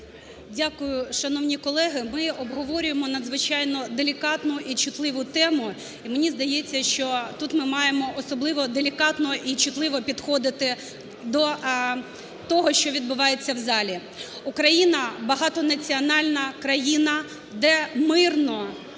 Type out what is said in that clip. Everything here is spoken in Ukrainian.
Дякую. Шановні колеги, ми обговорюємо надзвичайно делікатну і чутливу тему. І мені здається, що тут ми маємо особливо делікатно і чутливо підходити до того, що відбувається в залі. Україна – багатонаціональна країна, де мирно